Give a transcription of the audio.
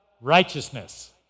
righteousness